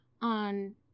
on